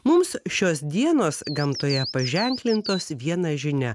mums šios dienos gamtoje paženklintos viena žinia